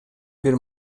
бир